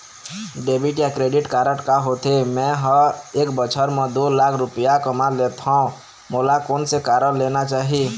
Debit या credit card का होथे, मे ह एक बछर म दो लाख रुपया कमा लेथव मोला कोन से कारड लेना चाही?